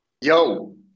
Yo